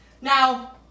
Now